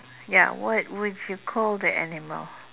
ya what would you call that animal